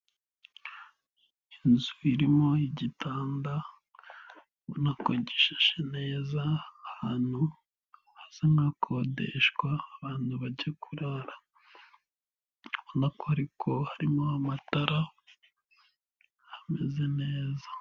Inzu irimo igitanda, ubona ko gishashe neza, ahantu hasa n'ahakodeshwa, abantu bajya kurara, ubona ko harimo amatara, hameze neza.